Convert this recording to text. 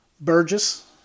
Burgess